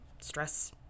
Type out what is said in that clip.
stress